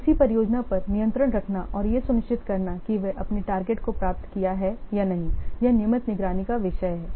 किसी परियोजना पर नियंत्रण रखना और यह सुनिश्चित करना कि वे अपनी टारगेट को प्राप्त किया है या नहीं यह नियमित निगरानी का विषय है